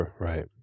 right